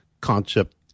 concept